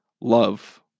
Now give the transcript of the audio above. love